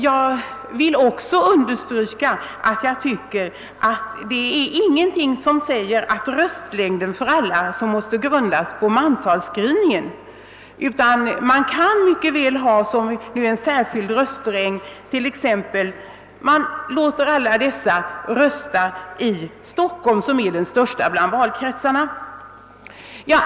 Jag tycker inte heller att det är någonting som säger att rösträtten måste grundas på mantalsskrivningen, utan man kan mycket väl ha en särskild röstlängd för utlandssvenskarna och låta dem rösta i Stockholm som är den största valkretsen.